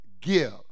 give